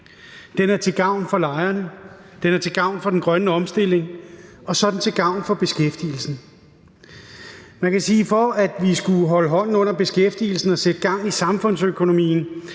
Den er til gavn for lejerne, den er til gavn for den grønne omstilling, og så er den til gavn for beskæftigelsen. For at holde hånden under beskæftigelsen og sætte gang i samfundsøkonomien